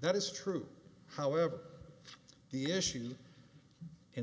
that is true however the issue in